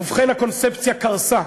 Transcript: ובכן, הקונספציה קרסה.